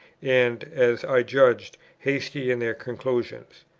and, as i judged, hasty in their conclusions.